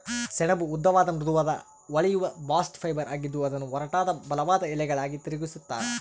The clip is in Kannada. ಸೆಣಬು ಉದ್ದವಾದ ಮೃದುವಾದ ಹೊಳೆಯುವ ಬಾಸ್ಟ್ ಫೈಬರ್ ಆಗಿದ್ದು ಅದನ್ನು ಒರಟಾದ ಬಲವಾದ ಎಳೆಗಳಾಗಿ ತಿರುಗಿಸ್ತರ